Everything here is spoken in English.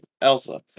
Elsa